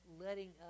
letting